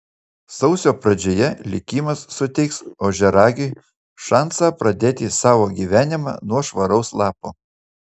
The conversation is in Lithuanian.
sausio pradžioje likimas suteiks ožiaragiui šansą pradėti savo gyvenimą nuo švaraus lapo